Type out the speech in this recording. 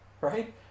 right